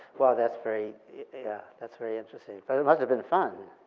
well, that's very yeah that's very interesting. but it must've been fun.